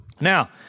Now